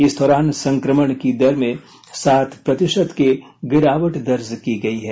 इस दौरान संक्रमण की दर में सात प्रतिशत की गिरावट दर्ज की गई है